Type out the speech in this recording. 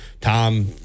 Tom